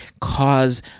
cause